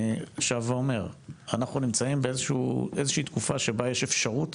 אני שב ואומר שאנחנו נמצאים באיזושהי תקופה שבה יש אפשרות,